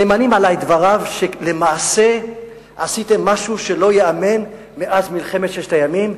נאמנים עלי דבריו שלמעשה עשיתם משהו שלא ייאמן מאז מלחמת ששת הימים,